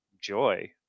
joy